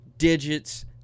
digits